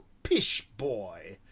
pish, boy!